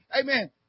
Amen